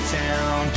town